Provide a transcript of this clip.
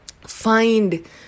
find